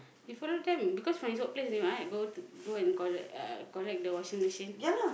you follow them because from his workplace only right go to go and collect uh collect the washing machine